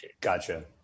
Gotcha